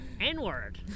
N-word